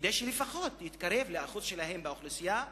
כדי שלפחות יתקרב לאחוז שלהם באוכלוסייה,